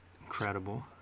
Incredible